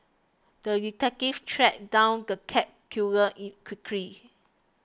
the detective tracked down the cat killer quickly